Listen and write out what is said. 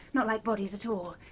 not like bodies at all.